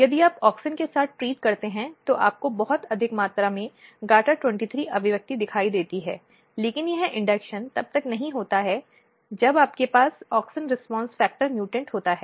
यदि आप ऑक्सिन के साथ ट्रीट करते हैं तो आपको बहुत अधिक मात्रा में GATA23 अभिव्यक्ति दिखाई देती है लेकिन यह इंडक्शन तब नहीं होता है जब आपके पास ऑक्सिन रिस्पांस फैक्टर म्युटेंट होता है